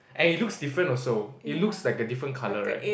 and it looks different also it looks like a different colour right